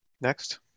Next